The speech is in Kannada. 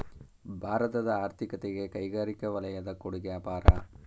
ಭಾರತದ ಆರ್ಥಿಕತೆಗೆ ಕೈಗಾರಿಕಾ ವಲಯದ ಕೊಡುಗೆ ಅಪಾರ